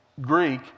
Greek